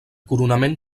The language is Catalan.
coronament